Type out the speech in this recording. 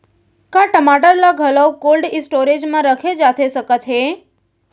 का टमाटर ला घलव कोल्ड स्टोरेज मा रखे जाथे सकत हे?